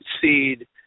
seed